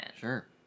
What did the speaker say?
Sure